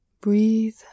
Breathe